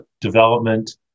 development